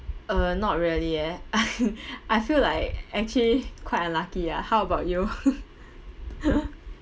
uh not really eh I feel like actually quite unlucky ah how about you